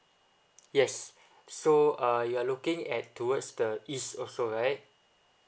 yes so uh you are looking at towards the east also right